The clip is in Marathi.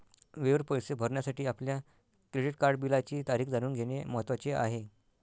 वेळेवर पैसे भरण्यासाठी आपल्या क्रेडिट कार्ड बिलाची तारीख जाणून घेणे महत्वाचे आहे